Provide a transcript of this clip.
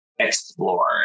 explore